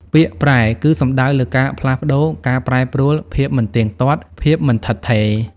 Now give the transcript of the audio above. ពាក្យ "ប្រែ" គឺសំដៅលើការផ្លាស់ប្តូរ ការប្រែប្រួល ភាពមិនទៀងទាត់ ភាពមិនឋិតថេរ។